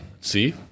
See